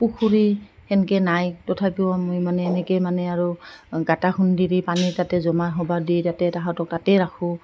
পুখুৰী তেনেকৈ নাই তথাপিও আমি মানে এনেকৈ মানে আৰু গাঁটা খুন্দি দি পানী তাতে জমা হ'ব দি তাতে তাহাঁতক তাতে ৰাখোঁ